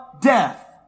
death